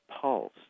pulse